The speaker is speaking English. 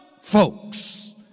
folks